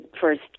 first